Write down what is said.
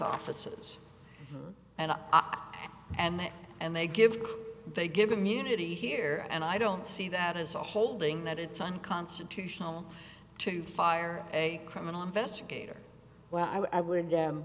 offices and ice and that and they give they give immunity here and i don't see that as a holding that it's unconstitutional to fire a criminal investigator well i would